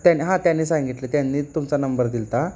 त्यानी हा त्यांनी सांगितलं त्यांनी तुमचा नंबर दिला होता